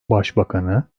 başbakanı